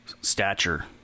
stature